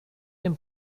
dem